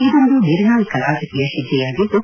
ಇದೊಂದು ನಿರ್ಣಾಯಕ ರಾಜಕೀಯ ಹೆಜ್ಜೆಯಾಗಿದ್ದು